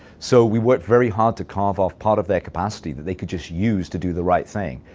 so we work very hard to carve off part of their capacity that they could just use to do the right thing.